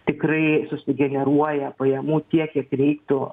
tikrai susigeneruoja pajamų tiek kiek reiktų